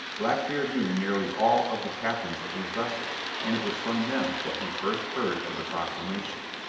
blackbeard knew nearly all of the captains of these vessels, and it was from them that he first heard of the proclamation.